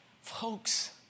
Folks